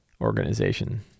organization